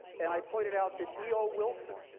and i pointed out that eo wilson,